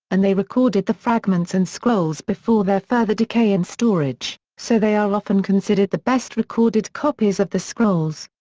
and they recorded the fragments and scrolls before their further decay in storage, so they are often considered the best recorded copies of the scrolls.